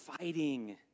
fighting